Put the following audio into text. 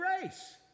grace